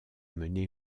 mené